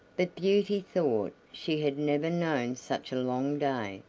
but beauty thought she had never known such a long day,